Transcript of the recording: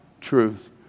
truth